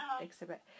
exhibit